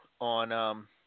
on –